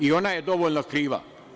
I ona je dovoljno kriva.